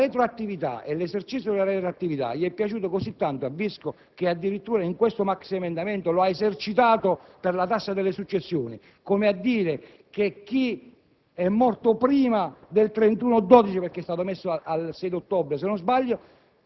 concludere, Presidente, il più rapidamente possibile. L'esercizio della retroattività è piaciuto così tanto a Visco che addirittura in questo maxiemendamento lo ha esercitato per la tassa sulle successioni; come a dire che chi